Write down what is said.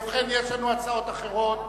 ובכן, יש לנו הצעות אחרות.